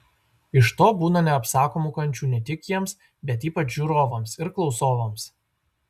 iš to būna neapsakomų kančių ne tik jiems bet ypač žiūrovams ir klausovams